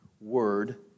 word